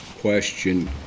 question